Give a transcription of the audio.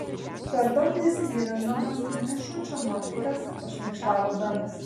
per daug nesigilindamas į mišučio nuotaikas pašmaikštavo benas